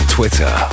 Twitter